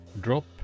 drop